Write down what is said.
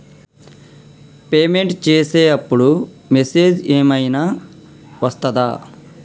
Payment చేసే అప్పుడు message ఏం ఐనా వస్తదా?